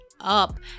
up